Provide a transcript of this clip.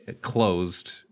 closed